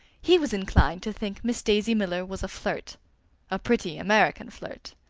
he was inclined to think miss daisy miller was a flirt a pretty american flirt.